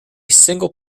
single